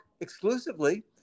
exclusively